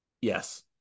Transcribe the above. yes